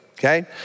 Okay